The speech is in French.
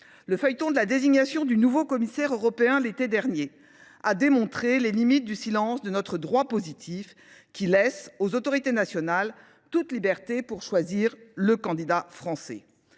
Le feuilleton de la désignation du nouveau commissaire européen, l’été dernier, a démontré les limites du silence de notre droit positif, qui laisse aux « autorités nationales » toute liberté pour choisir le candidat français.